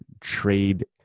trade